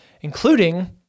including